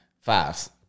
Fives